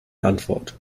antwort